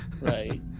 Right